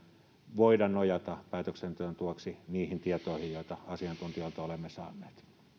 voida nojata päätöksenteon tueksi niihin tietoihin joita asiantuntijoilta olemme saaneet